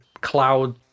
cloud